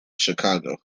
chicago